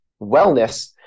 wellness